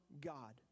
God